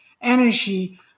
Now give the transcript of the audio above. energy